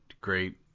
great